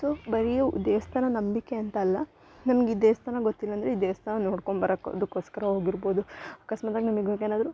so ಬರೀ ದೇವಸ್ಥಾನ ನಂಬಿಕೆ ಅಂತಲ್ಲ ನಮ್ಗೆ ಈ ದೇವಸ್ಥಾನ ಗೊತ್ತಿಲ್ಲ ಅಂದರೆ ಈ ದೇವಸ್ಥಾನ ನೋಡ್ಕೊಂಬರಕೊಂದುಕೋಸ್ಕರ ಹೋಗಿರ್ಬೋದು ಅಕಸ್ಮಾತಾಗಿ ನಮಗ್ ಗ್ಗ ಏನಾದರು